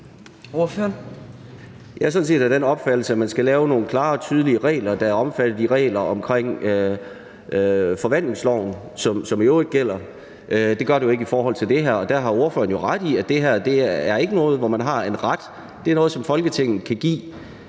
sådan set af den opfattelse, at man skal lave nogle klare og tydelige regler, der er omfattet af de regler i forvaltningsloven, som i øvrigt gælder. Det gør de jo ikke i forhold til det her, og der har ordføreren jo ret i, at det her ikke er noget, hvor man har en ret. Det er noget, som Folketinget kan give.